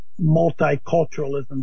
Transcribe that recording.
multiculturalism